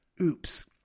Oops